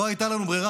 לא הייתה לנו ברירה.